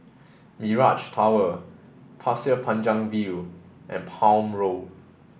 Mirage Tower Pasir Panjang View and Palm Road